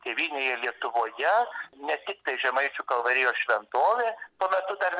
tėvynėje lietuvoje ne tiktai žemaičių kalvarijos šventovė tuo metu dar